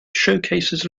showcases